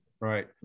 Right